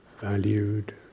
valued